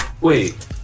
Wait